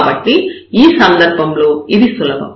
కాబట్టి ఈ సందర్భంలో ఇది సులభం